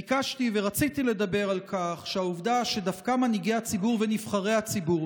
ביקשתי ורציתי לדבר על כך שהעובדה שדווקא מנהיגי הציבור ונבחרי הציבור